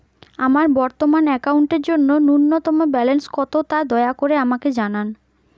আমার বর্তমান অ্যাকাউন্টের জন্য ন্যূনতম ব্যালেন্স কত তা দয়া করে আমাকে জানান